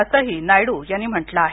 असंही नायडू यांनी म्हटलं आहे